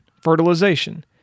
fertilization